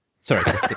Sorry